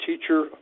teacher